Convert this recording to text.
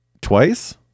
twice